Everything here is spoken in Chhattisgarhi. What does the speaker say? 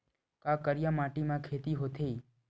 का करिया माटी म खेती होथे?